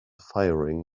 firing